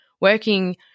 working